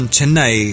Chennai